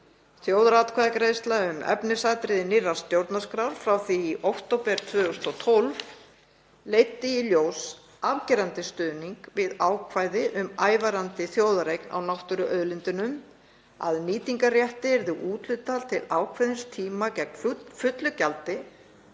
Þjóðaratkvæðagreiðsla um efnisatriði nýrrar stjórnarskrár frá því í október 2012 leiddi í ljós afgerandi stuðning við ákvæði um ævarandi þjóðareign á náttúruauðlindum, að nýtingarrétti yrði úthlutað til ákveðins tíma gegn fullu gjaldi